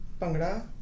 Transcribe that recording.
Pangra